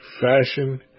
fashion